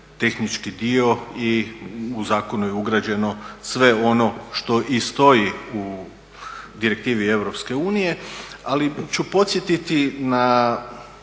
tehnički dio i u zakonu je ugrađeno sve ono što i stoji u direktivi Europske unije. Ali ću podsjetiti na